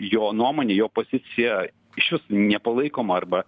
jo nuomonė jo pozicija išvis nepalaikoma arba